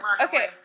Okay